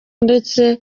ndetse